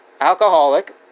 Alcoholic